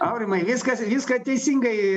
aurimai viskas viską teisingai